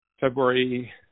February